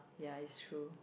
ya is true